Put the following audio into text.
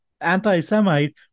anti-Semite